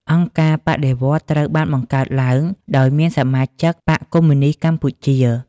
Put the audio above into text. អង្គការបដិវត្តន៍ត្រូវ បានបង្កើតឡើងដោយសមាជិកបក្សកុម្មុយនីស្តកម្ពុជា។